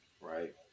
right